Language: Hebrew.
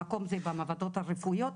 המקום זה במעבדות הרפואיות.